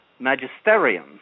Magisterium